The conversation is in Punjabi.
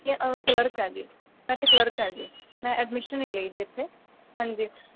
ਠੀਕ ਹੈ ਅ ਕਲਰਕ ਹਾਂ ਜੀ ਮੈਂ ਇੱਥੇ ਕਲਰਕ ਹਾਂ ਜੀ ਮੈਂ ਐਡਮਿਸ਼ਨ ਨਹੀਂ ਲਈ ਜੀ ਇੱਥੇ ਹਾਂਜੀ